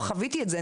חוויתי את זה,